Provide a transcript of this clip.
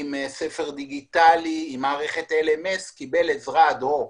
עם ספר דיגיטלי, קיבל עזרה אד הוק.